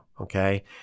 okay